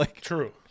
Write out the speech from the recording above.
true